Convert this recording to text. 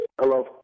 Hello